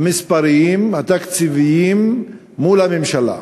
המספריים והתקציביים מול הממשלה.